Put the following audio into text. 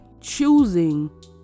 choosing